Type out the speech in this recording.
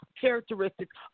characteristics